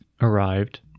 arrived